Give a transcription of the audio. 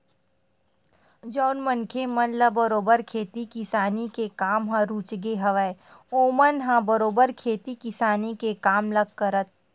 जउन मनखे मन ल बरोबर खेती किसानी के काम ह रुचगे हवय ओमन ह बरोबर खेती किसानी के काम ल करत घलो हवय